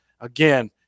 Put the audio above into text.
again